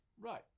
right